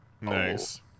Nice